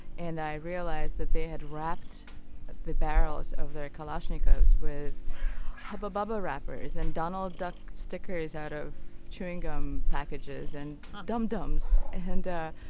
and i realized that they had wrapped the barrels of their kalashnikovs with hubba bubba wrappers, and donald duck stickers out of chewing gum packages and dum dums. and